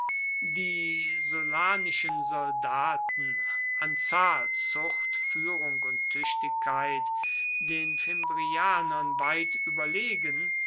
die sullanischen soldaten an zahl zucht führung und tüchtigkeit den fimbrianern weit überlegen